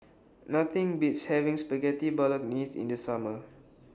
Nothing Beats having Spaghetti Bolognese in The Summer